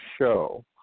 show